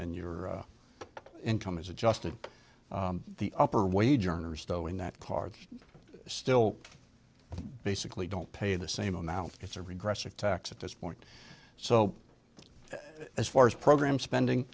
and your income is adjusted the upper wage earners though in that card still basically don't pay the same amount it's a regressive tax at this point so as far as program